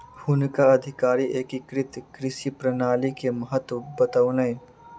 हुनका अधिकारी एकीकृत कृषि प्रणाली के महत्त्व बतौलैन